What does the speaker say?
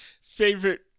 favorite